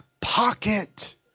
pocket